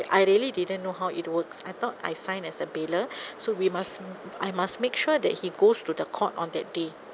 I really didn't know how it works I thought I sign as a bailer so we must I must make sure that he goes to the court on that day